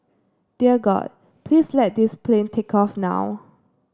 dear God please let this plane take off now